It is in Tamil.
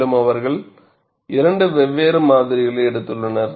மேலும் அவர்கள் இரண்டு வெவ்வேறு மாதிரிகளை எடுத்துள்ளனர்